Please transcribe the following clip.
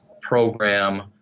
program